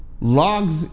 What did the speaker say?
logs